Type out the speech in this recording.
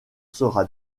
sera